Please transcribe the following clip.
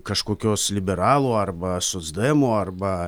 kažkokios liberalų arba socdemų arba